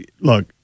look